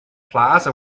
plaza